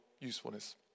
usefulness